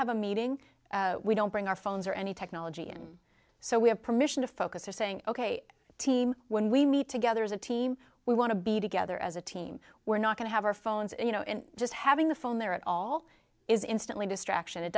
have a meeting we don't bring our phones or any technology in so we have permission to focus or saying ok team when we meet together as a team we want to be together as a team we're not going to have our phones you know just having the phone there at all is instantly distraction it